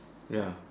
ya